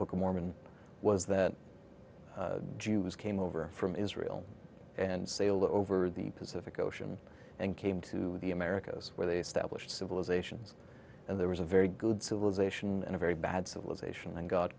of mormon was that jews came over from israel and sailed over the pacific ocean and came to the americas where they stablish civilizations and there was a very good civilization and a very bad civilization and god